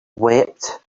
wept